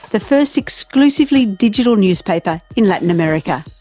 the first exclusively digital newspaper in latin america.